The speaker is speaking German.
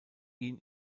ihn